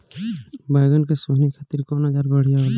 बैगन के सोहनी खातिर कौन औजार बढ़िया होला?